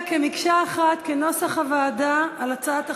כמקשה אחת כנוסח הוועדה על הצעת החוק.